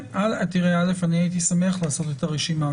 אני הייתי שמח לעשות את הרשימה.